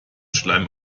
schleim